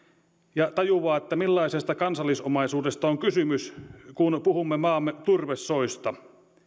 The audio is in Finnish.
ja tajuaa millaisesta kansallisomaisuudesta on kysymys kun puhumme maamme turvesoista